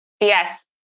Yes